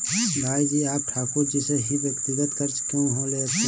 भाई जी आप ठाकुर जी से ही व्यक्तिगत कर्ज क्यों लेते हैं?